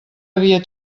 havia